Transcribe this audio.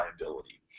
liability